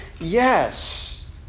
yes